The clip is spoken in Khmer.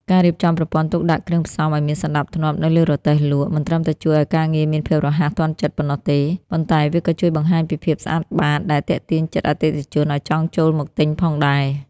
ការរៀបចំប្រព័ន្ធទុកដាក់គ្រឿងផ្សំឱ្យមានសណ្ដាប់ធ្នាប់នៅលើរទេះលក់ មិនត្រឹមតែជួយឱ្យការងារមានភាពរហ័សទាន់ចិត្តប៉ុណ្ណោះទេ ប៉ុន្តែវាក៏ជួយបង្ហាញពីភាពស្អាតបាតដែលទាក់ទាញចិត្តអតិថិជនឱ្យចង់ចូលមកទិញផងដែរ។